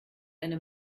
eine